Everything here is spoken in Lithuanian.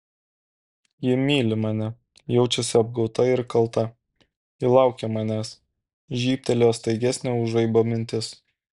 ji myli mane jaučiasi apgauta ir kalta ji laukia manęs žybtelėjo staigesnė už žaibą mintis